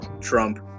Trump